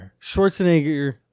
schwarzenegger